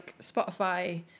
Spotify